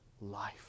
life